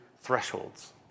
thresholds